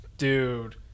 Dude